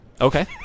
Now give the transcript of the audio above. Okay